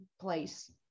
place